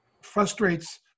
frustrates